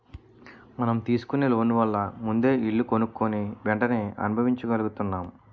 మనం తీసుకునే లోన్ వల్ల ముందే ఇల్లు కొనుక్కుని వెంటనే అనుభవించగలుగుతున్నాం